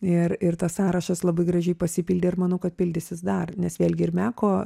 ir ir tas sąrašas labai gražiai pasipildė ir manau kad pildysis dar nes vėlgi ir meko